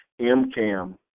MCAM